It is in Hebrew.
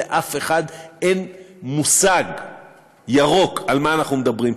ולאף אחד אין מושג ירוק על מה אנחנו מדברים פה.